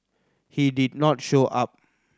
he did not show up